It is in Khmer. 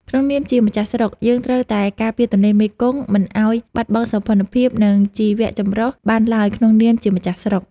ក្នុងនាមជាម្ចាស់ស្រុក យើងត្រូវតែការពារទន្លេមេគង្គមិនឱ្យបាត់បង់សោភ័ណភាព និងជីវចម្រុះបានឡើយក្នុងនាមជាម្ចាស់ស្រុក។